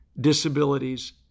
disabilities